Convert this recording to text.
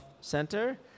center